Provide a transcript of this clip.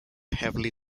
heavily